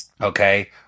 Okay